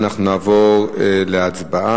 אנחנו נעבור להצעת החוק